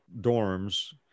dorms